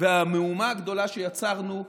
והמהומה הגדולה שיצרנו בציבור,